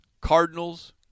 Cardinals